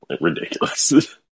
ridiculous